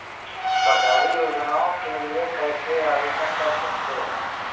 सरकारी योजनाओं के लिए कैसे आवेदन कर सकते हैं?